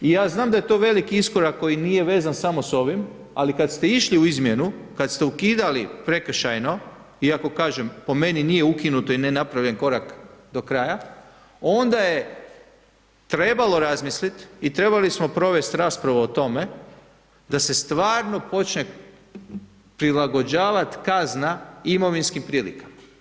I ja znam da je to velik iskorak koji nije vezan samo s ovim, ali kad ste išli u izmjenu, kad ste ukidali prekršajno, iako kažem, po meni nije ukinuto i nenapravljen korak do kraja, onda je trebalo razmisliti i trebali smo provesti raspravu o tome da se stvarno počne prilagođavat kazna imovinskim prilikama.